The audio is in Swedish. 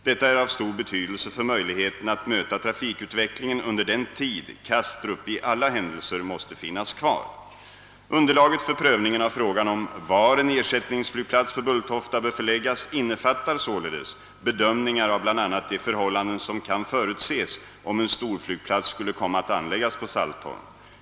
Detta är av stor betydelse för möjligheterna att möta trafikutvecklingen under den tid Kastrup i alla händelser måste finnas kvar. Underlaget för prövningen av frågan om var en ersättningsflygplats för Bulltofta bör förläggas innefattar således bedömningar av bl.a. de förhållanden som kan förutses om en storflygplats skulle komma att anläggas på Saltholm.